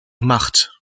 macht